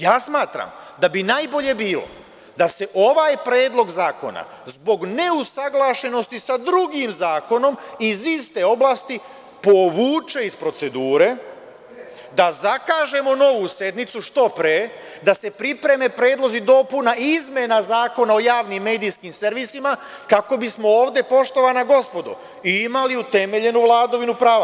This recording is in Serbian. Ja smatram da bi najbolje bilo da se ovaj Predlog zakona zbog neusaglašenosti sa drugim zakonom iz iste oblasti povuče iz procedure, da zakažemo novu sednicu što pre, da se pripreme predlozi dopuna i izmena Zakona o javnim medijskim servisima, kako bismo ovde, poštovana gospodo, imali utemeljenu vladavinu prava.